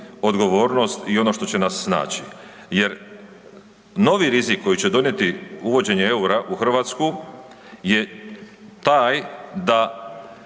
odgovornost i ono što će nas snaći jer novi rizik koji će donijeti uvođenje eura u Hrvatsku je taj da